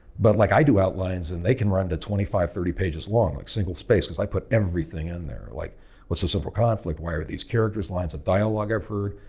but like i do outlines and they can run to twenty five thirty pages long like single-space because i put everything in there, like what is the central conflict? why are these characters, lines of dialogue i've heard.